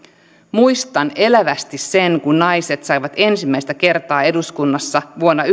muistan elävästi sen kun naiset saivat ensimmäistä kertaa eduskunnassa vuonna